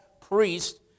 priest